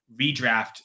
redraft